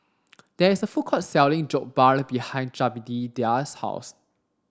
there is a food court selling Jokbal behind Jedediah's house